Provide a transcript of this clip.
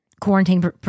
quarantine